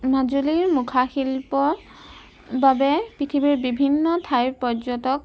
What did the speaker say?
মাজুলীৰ মুখাশিল্প বাবে পৃথিৱীৰ বিভিন্ন ঠাইৰ পৰ্যটক